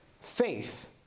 Faith